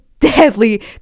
deadly